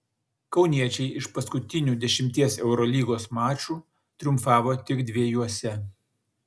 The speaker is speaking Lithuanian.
kauniečiai iš paskutinių dešimties eurolygos mačų triumfavo tik dviejuose